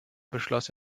beschloss